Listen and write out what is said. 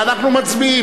ואנחנו מצביעים,